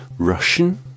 Russian